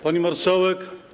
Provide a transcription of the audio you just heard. Pani Marszałek!